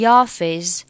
office